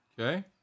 okay